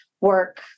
work